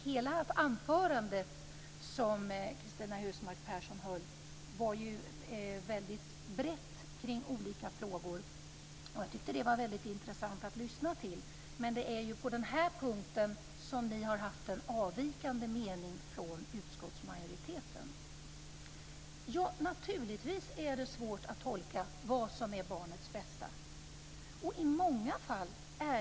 Hela Cristina Husmark Pehrssons anförande var väldigt brett och omfattade många olika frågor. Jag tyckte att det var väldigt intressant att lyssna till, men det är ju på den här punkten som ni har haft en avvikande mening från utskottsmajoriteten. Naturligtvis är det svårt att tolka vad som är barnets bästa i många fall.